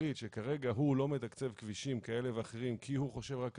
החליט שכרגע הוא לא מתקצב כבישים כאלה ואחרים כי הוא חושב רק על